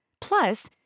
Plus